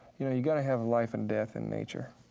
you know, you gotta have life and death in nature